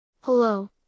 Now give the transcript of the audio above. Hello